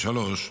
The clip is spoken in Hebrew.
2023,